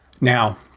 Now